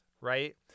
right